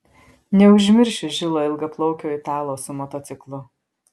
neužmiršiu žilo ilgaplaukio italo su motociklu